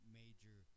major